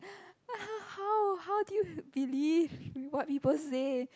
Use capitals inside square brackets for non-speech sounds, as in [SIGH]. [BREATH] how how do you believe with what people say